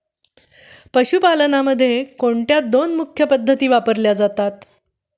पशुपालनामध्ये कोणत्या दोन मुख्य पद्धती वापरल्या जातात?